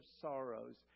sorrows